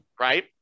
right